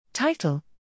Title